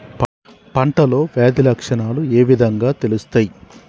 పంటలో వ్యాధి లక్షణాలు ఏ విధంగా తెలుస్తయి?